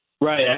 Right